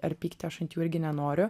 ar pykti aš ant jų irgi nenoriu